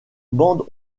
bandes